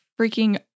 freaking